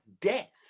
death